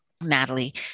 Natalie